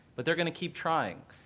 but they're going to keep trying.